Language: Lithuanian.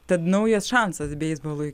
tad naujas šansas beisbolui